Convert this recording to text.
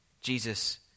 Jesus